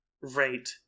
Right